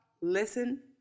listen